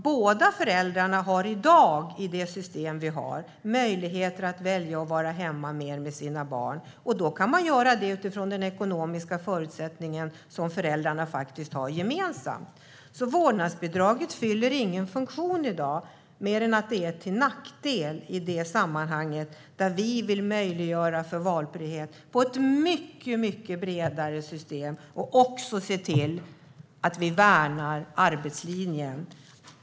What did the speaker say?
Båda föräldrarna har i det system vi har i dag möjlighet att välja att vara hemma mer med sina barn. Då kan man välja att göra det utifrån den ekonomiska förutsättning som föräldrarna har gemensamt. Vårdnadsbidraget fyller alltså ingen funktion i dag mer än att det är till nackdel i det sammanhang där vi vill möjliggöra för valfrihet i ett mycket bredare system och också se till att vi värnar arbetslinjen.